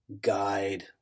guide